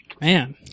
man